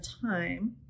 time